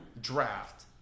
draft